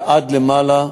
ועד למעלה,